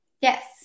Yes